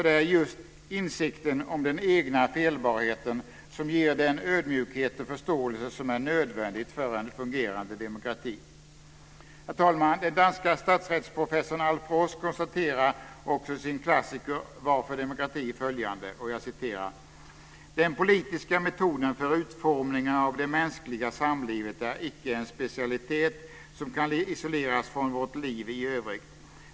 Det är just insikten om den egna felbarheten som ger den ödmjukhet och förståelse som är nödvändig för en fungerande demokrati. Herr talman! Den danske statsrättsprofessorn Alf Ross konstaterar också i sin klassiker Varför demokrati? följande: "Den politiska metoden för utformningen av det mänskliga samlivet är icke en specialitet, som kan isoleras från vårt liv i övrigt.